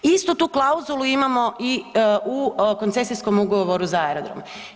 Istu tu klauzulu imamo i u koncesijskom Ugovoru za aerodrom.